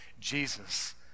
Jesus